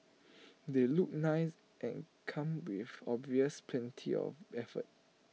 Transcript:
they look nice and come with obvious plenty of effort